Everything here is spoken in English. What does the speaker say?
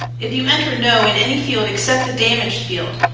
if you enter no in any field, except the damaged field,